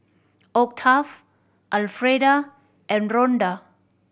Octave Alfreda and Ronda